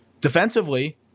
defensively